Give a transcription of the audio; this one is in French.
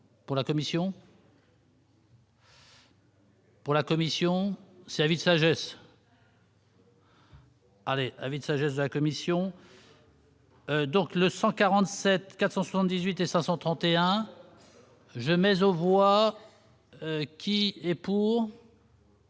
pour la Commission. Pour la Commission, servi de sagesse. Allez, allez, de sagesse de la Commission. Donc, le 147 478 et 531 jamais au bois qui est pour.